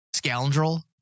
Scoundrel